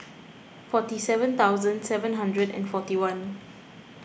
forty seven thousand seven hundred and forty one